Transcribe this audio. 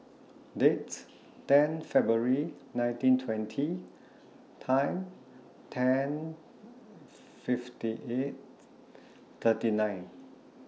Dates ten February nineteen twenty Time ten fifty eight thirty nine